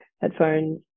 headphones